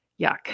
yuck